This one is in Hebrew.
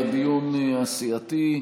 אנחנו עוברים מכאן לדיון הסיעתי.